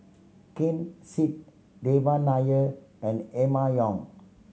Ken Seet Devan Nair and Emma Yong